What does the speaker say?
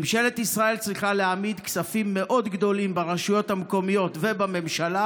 ממשלת ישראל צריכה להעמיד כספים מאוד גדולים ברשויות המקומיות ובממשלה,